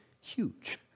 huge